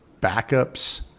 backups